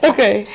Okay